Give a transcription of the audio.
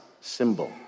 symbol